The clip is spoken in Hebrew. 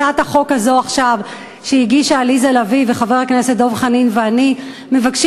הצעת החוק הזאת של חברת הכנסת עליזה לביא וחבר הכנסת דב חנין ושלי מבקשת